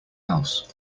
house